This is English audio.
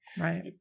Right